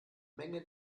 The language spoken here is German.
menge